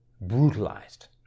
brutalized